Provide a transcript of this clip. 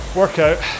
workout